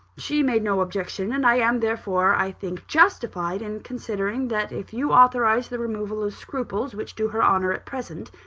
she made no objection and i am, therefore, i think, justified in considering that if you authorised the removal of scruples which do her honour at present,